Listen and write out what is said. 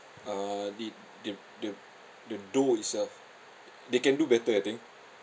err the the the the dough itself they can do better I think